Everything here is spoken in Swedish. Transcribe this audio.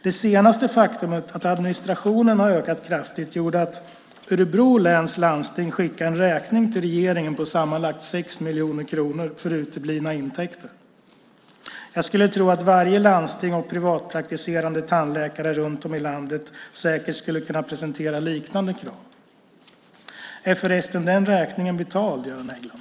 Det senaste faktumet, att administrationen har ökat kraftigt, gjorde att Örebro läns landsting skickade en räkning till regeringen på sammanlagt 6 miljoner kronor för uteblivna intäkter. Jag skulle tro att varje landsting och privatpraktiserande tandläkare runt om i landet skulle kunna presentera liknande krav. Är förresten den räkningen betald, Göran Hägglund?